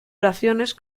oraciones